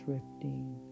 Drifting